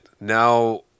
now